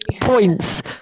points